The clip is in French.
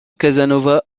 casanova